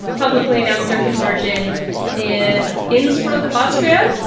publicly announce their conversion in innsbruck, austria,